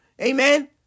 Amen